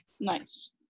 Nice